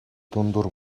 дундуур